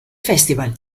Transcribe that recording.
festival